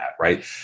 right